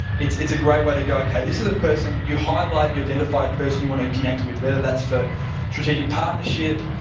it's it's a great way to go okay, this is a person, you highlight and identify a person you want to connect with. whether that's for strategic partnership,